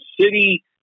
City